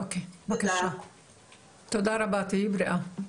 אוקיי, תודה רבה, תהיי בריאה.